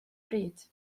bryd